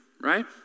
right